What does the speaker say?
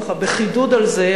ככה בחידוד על זה,